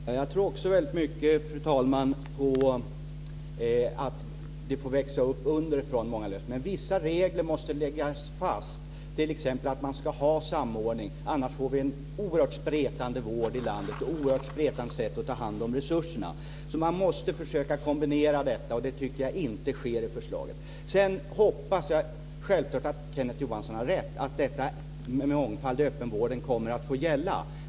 Fru talman! Jag tror också väldigt mycket på att det ska växa upp underifrån. Men vissa regler måste läggas fast, t.ex. att man ska ha samordning. Annars får vi en oerhört spretande vård i landet och ett oerhört spretande sätt att ta hand om resurserna. Man måste försöka att kombinera detta, och det tycker jag inte att man har gjort i förslaget. Sedan hoppas jag självfallet att Kenneth Johansson har rätt, att detta med mångfald i öppenvården ska gälla.